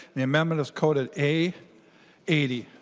the amendment is coded a eighty